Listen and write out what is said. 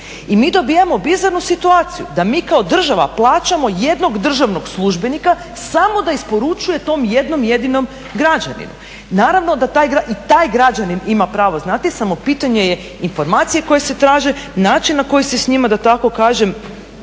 I mi dobivamo bizarnu situaciju da mi kao država plaćamo jednog državnog službenika samo da isporučuje tom jednom jedinom građaninu. Naravno da taj građani, i taj građanin ima pravo znati samo pitanje je informacije koje se traže, način na koji se s njima da tako kažem,